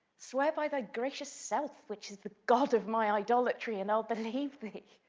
swear by thy gracious self, which is the god of my idolatry, and i'll believe thee.